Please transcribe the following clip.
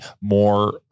more